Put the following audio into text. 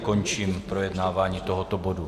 Končím projednávání tohoto bodu.